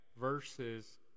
verses